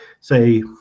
say